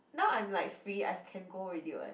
now I'm like free I can go already [what]